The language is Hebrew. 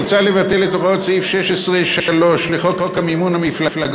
מוצע לבטל את הוראות סעיף 16(3) לחוק מימון מפלגות,